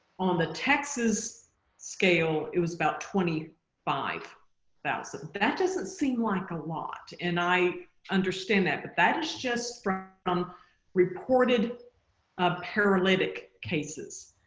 on the texas scale it was about twenty five thousand but that doesn't seem like a lot and i understand that but that is just from from reported ah paralytic cases.